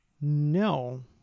No